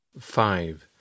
Five